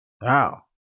Wow